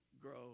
grow